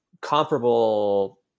comparable